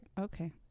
Okay